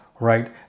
right